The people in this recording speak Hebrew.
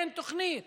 אין תוכנית